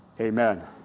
amen